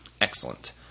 Excellent